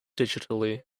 digitally